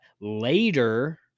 later